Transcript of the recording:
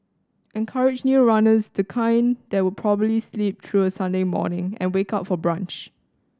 encourage new runners the kind that would probably sleep through a Sunday morning and wake up for brunch